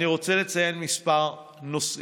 אני רוצה לציין כמה נושאים: